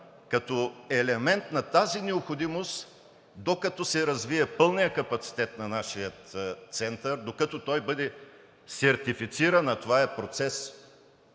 като елемент на тази необходимост, докато се развие пълният капацитет на нашия център, докато той бъде сертифициран, а това е